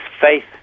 faith